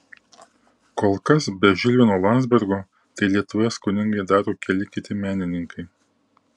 kol kas be žilvino landzbergo tai lietuvoje skoningai daro keli kiti menininkai